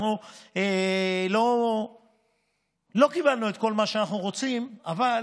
אנחנו לא קיבלנו את כל מה שאנחנו רוצים, אבל